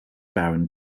baron